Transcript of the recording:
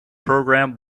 program